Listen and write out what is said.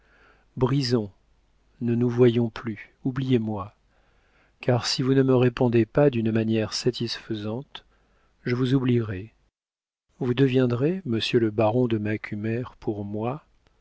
brisons ne nous voyons plus oubliez-moi car si vous ne me répondez pas d'une manière satisfaisante je vous oublierai vous deviendrez monsieur le baron de macumer pour moi